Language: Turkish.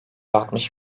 altmış